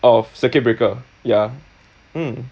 of circuit breaker ya mm